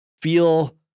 feel